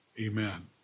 Amen